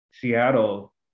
Seattle